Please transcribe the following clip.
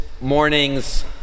morning's